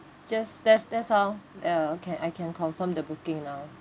just that's that's all uh okay I can confirm the booking now